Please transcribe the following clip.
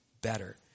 better